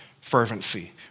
fervency